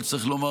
צריך לומר,